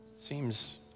seems